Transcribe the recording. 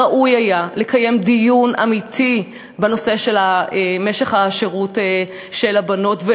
וראוי היה לקיים דיון אמיתי בנושא של משך השירות של הבנות,